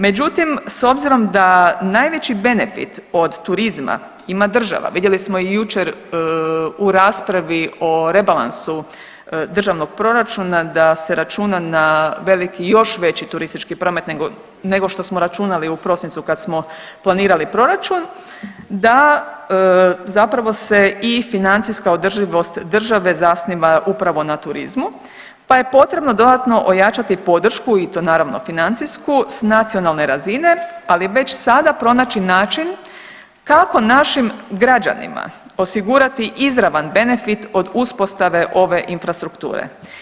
Međutim, s obzirom da najveći benefit od turizma ima država vidjeli smo i jučer u raspravi o rebalansu državnog proračuna da se računa na veliki, još veći turistički promet nego što smo računali u prosincu kad smo planirali proračun, da zapravo se i financijska održivost države zasniva upravo na turizmu, pa je potrebno dodatno ojačati podršku i to naravno financijsku s nacionalne razine, ali već sada pronaći način kako našim građanima osigurati izravan benefit od uspostave ove infrastrukture.